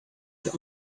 your